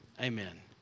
Amen